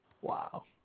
Wow